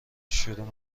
شروع